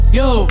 yo